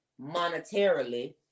monetarily